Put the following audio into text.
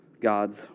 God's